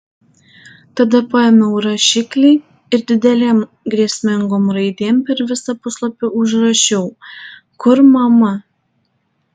tada paėmiau rašiklį ir didelėm grėsmingom raidėm per visą puslapį užrašiau kur mama